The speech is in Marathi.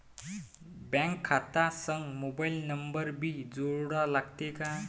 बँक खात्या संग मोबाईल नंबर भी जोडा लागते काय?